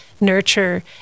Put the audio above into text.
nurture